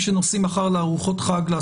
אבל אם תסתכלו באתר יש לשחר את הקישור יש